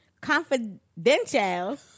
Confidential